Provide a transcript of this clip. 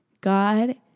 God